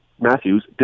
Matthews